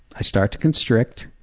i start to constrict,